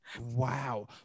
Wow